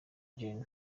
gen